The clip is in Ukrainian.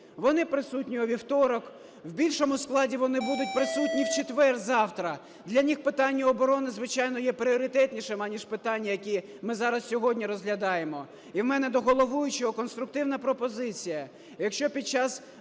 Вони присутні у вівторок. В більшому складі вони будуть присутні в четвер, завтра. Для них питання оборони, звичайно, є пріоритетнішим, аніж питання, які ми зараз сьогодні розглядаємо. І у мене до головуючого конструктивна пропозиція.